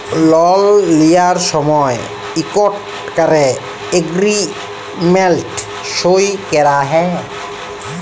লল লিঁয়ার সময় ইকট ক্যরে এগ্রীমেল্ট সই ক্যরা হ্যয়